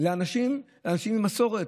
לאנשים עם מסורת.